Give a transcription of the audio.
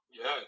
Yes